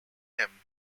him